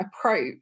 approach